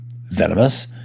venomous